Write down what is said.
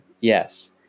Yes